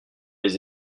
les